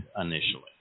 initially